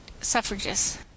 suffragists